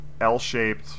L-shaped